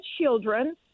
children